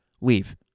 Leave